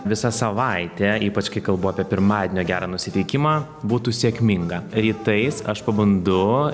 visa savaitė ypač kai kalbu apie pirmadienio gerą nusiteikimą būtų sėkminga rytais aš pabundu